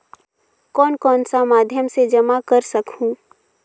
कौन कौन सा माध्यम से जमा कर सखहू?